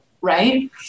right